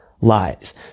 lies